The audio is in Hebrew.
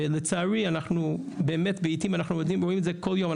ולצערי אנחנו באמת ב"עתים" רואים את זה כל יום,